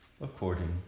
according